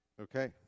Okay